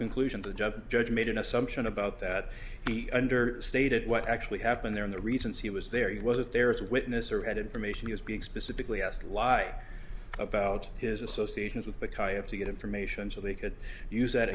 conclusion the judge judge made an assumption about that he under stated what actually happened there in the reasons he was there he was if there is a witness or had information is being specifically asked lie about his associations with the car you have to get information so they could use that